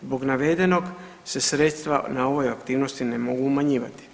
Zbog navedenog se sredstva na ovoj aktivnosti ne mogu umanjivati.